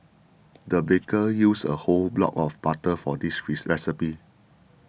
the baker used a whole block of butter for this recipe